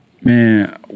Man